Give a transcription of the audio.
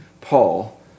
Paul